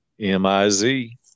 M-I-Z